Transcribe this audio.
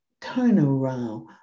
turnaround